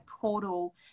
portal